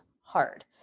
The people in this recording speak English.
hard